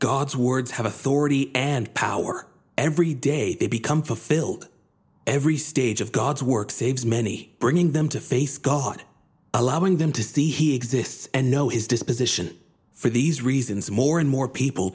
god's words have authority and power every day they become fulfilled every stage of god's work saves many bringing them to face god allowing them to see he exists and know his disposition for these reasons more and more people